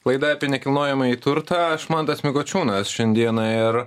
laida apie nekilnojamąjį turtą aš mantas mikočionis šiandieną ir